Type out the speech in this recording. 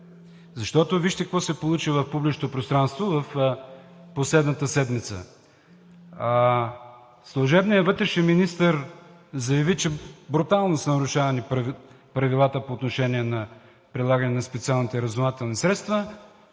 Защото вижте какво се получи в публичното пространство в последната седмица. Служебният вътрешен министър заяви, че брутално са нарушавани правилата по отношение на прилагане на специалните разузнавателни средства